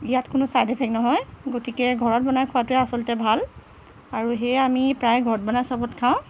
ইয়াত কোনো side effect নহয় গতিকে ঘৰত বনাই খোৱাটোৱে আচলতে ভাল আৰু সেয়ে আমি প্ৰায় ঘৰত বনাই চৰ্বত খাওঁ